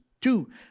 two